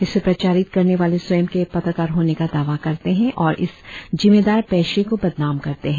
इसे प्रचारित करने वाले स्वयं के पत्रकार होने का दावा करते हैं और इस जिम्मेदार पेशे को बदनाम करते हैं